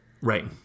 right